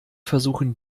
versuchen